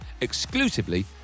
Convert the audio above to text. exclusively